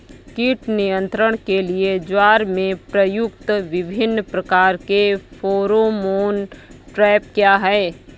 कीट नियंत्रण के लिए ज्वार में प्रयुक्त विभिन्न प्रकार के फेरोमोन ट्रैप क्या है?